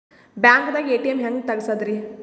ಬ್ಯಾಂಕ್ದಾಗ ಎ.ಟಿ.ಎಂ ಹೆಂಗ್ ತಗಸದ್ರಿ?